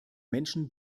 menschen